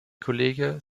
kollege